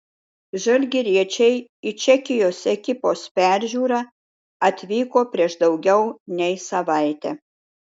žalgiriečiai į čekijos ekipos peržiūrą atvyko prieš daugiau nei savaitę